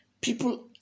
People